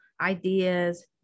ideas